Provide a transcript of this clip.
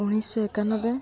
ଉଣେଇଶି ଶହ ଏକାନବେ